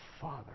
Father